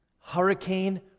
hurricane